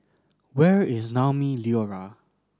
where is Naumi Liora